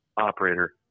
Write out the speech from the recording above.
operator